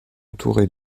entourées